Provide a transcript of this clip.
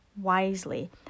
wisely